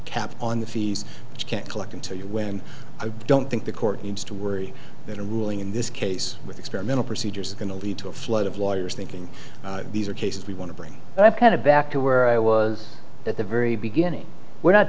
cap on the fees which can't collect into you when i don't think the court needs to worry that a ruling in this case with experimental procedures is going to lead to a flood of lawyers thinking these are cases we want to bring that kind of back to where i was at the very beginning we're not